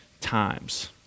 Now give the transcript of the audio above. times